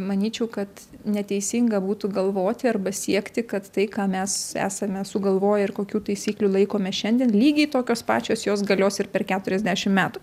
manyčiau kad neteisinga būtų galvoti arba siekti kad tai ką mes esame sugalvoję ir kokių taisyklių laikomės šiandien lygiai tokios pačios jos galios ir per keturiasdešim met